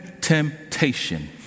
temptation